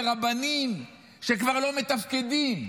לרבנים שכבר לא מתפקדים,